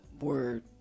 word